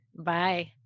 Bye